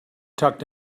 tucked